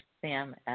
Sam